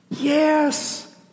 yes